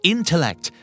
Intellect